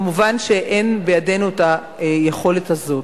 מובן שאין בידינו היכולת הזאת.